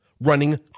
running